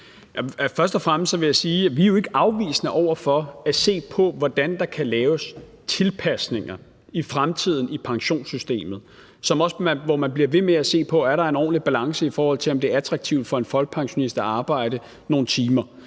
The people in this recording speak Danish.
Først og fremmest vil jeg sige, at vi jo ikke er afvisende over for at se på, hvordan der kan laves tilpasninger i fremtiden i pensionssystemet, altså hvor man bliver ved med at se på, om der er en ordentlig balance, i forhold til om det er attraktivt for en folkepensionist at arbejde nogle timer.